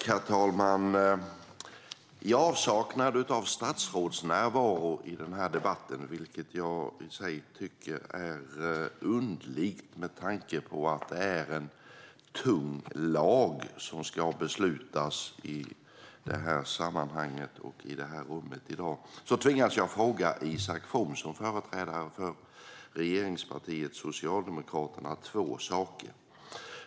Herr talman! I avsaknad av statsrådsnärvaro i denna debatt - vilket jag i sig tycker är underligt, med tanke på att det är en tung lag som ska beslutas om i detta sammanhang och i detta rum i dag - tvingas jag fråga Isak From, som företrädare för regeringspartiet Socialdemokraterna, två saker.